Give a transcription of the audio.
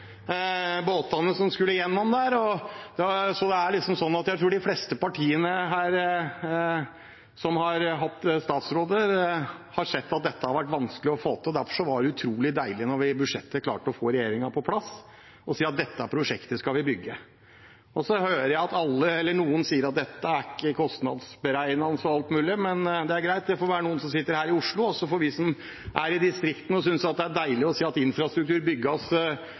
Så jeg tror at de fleste partiene som har hatt statsråder, har sett at det har vært vanskelig å få til dette. Derfor var det utrolig deilig da vi klarte i budsjettet å få regjeringen på plass og si at dette prosjektet skal vi bygge. Så hører jeg noen si at dette ikke er kostnadsberegnet – og alt mulig. Men det er greit, det får noen som sitter her i Oslo, mene, og så får vi som er i distriktene, synes det er deilig å se at infrastrukturen bygges